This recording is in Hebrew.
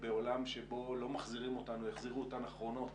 בעולם שבו לא מחזירים אותן או יחזירו אותן אחרונות